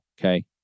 Okay